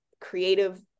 creative